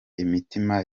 imitima